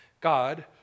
God